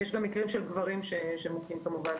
יש גם מקרים של גברים מוכים, כמובן,